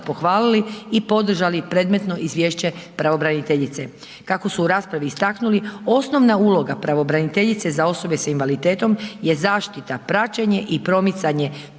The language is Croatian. pohvalili i podržali predmetno izvješće pravobraniteljice. Kako su u raspravi istaknuli osnovna uloga pravobraniteljice za osobe s invaliditetom je zaštita, praćenje i promicanje